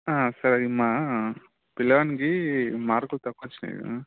సరిమ్మా పిల్లవాడికి మార్కులు తక్కువ వచ్చాయి కదా